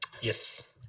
yes